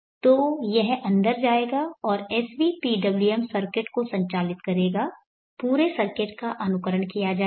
तो यह अंदर जाएगा और svpwm सर्किट को संचालित करेगा पूरे सर्किट का अनुकरण किया जाएगा